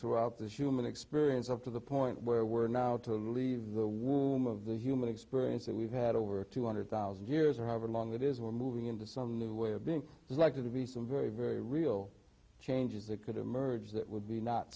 throughout this human experience up to the point where we're now to leave the warm of the human experience that we've had over two hundred thousand years or however long it is we're moving into some new way of being likely to be some very very real changes that could emerge that would be not